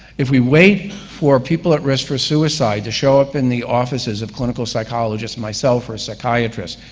if we wait for people at risk for suicide to show up in the offices of clinical psychologists, myself, or a psychiatrist,